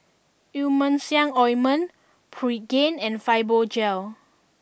Emulsying Ointment Pregain and Fibogel